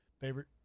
favorite